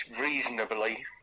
reasonably